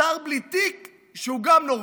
שר בלי תיק שהוא גם נורבגי,